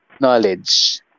knowledge